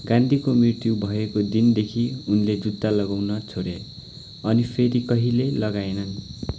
गान्धीको मृत्यु भएको दिनदेखि उनले जुत्ता लगाउन छोडे अनि फेरि कहिल्यै लगाएनन्